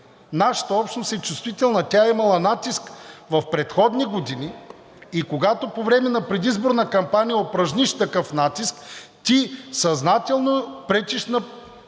Нашата общност е чувствителна. Тя е имала натиск в предходни години и когато по време на предизборна кампания упражниш такъв натиск, ти съзнателно пречиш на